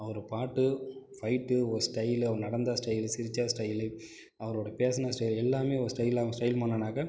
அவரு பாட்டு ஃபைட்டு ஒரு ஸ்டைலு அவர் நடந்தால் ஸ்டைலு சிரிச்சால் ஸ்டைலு அவரோட பேசுனால் ஸ்டைலு எல்லாம் ஒரு ஸ்டைலாக ஸ்டைல் மன்னனாக